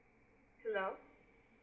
hello